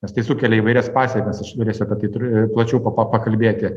nes tai sukelia įvairias pasekmes aš galėsiu apie tai tr plačiau pa pakalbėti